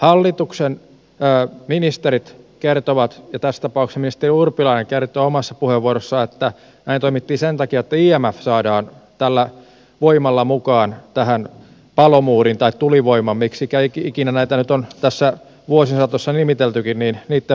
hallituksen ministerit kertovat ja tässä tapauksessa ministeri urpilainen kertoo omassa puheenvuorossaan että näin toimittiin sen takia että imf saadaan tällä voimalla mukaan tähän palomuurin tai tulivoiman miksikä ikinä sitä nyt on tässä vuosien saatossa nimiteltykin vahvistamiseen